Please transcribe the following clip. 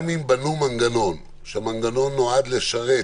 מנגנון שהמנגנון נועד לשרת